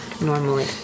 normally